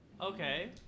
Okay